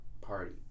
party